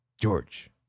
George